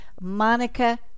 Monica